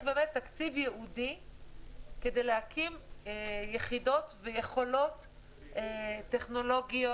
תקציב ייעודי כדי להקים יחידות ויכולות טכנולוגיות,